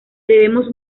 debemos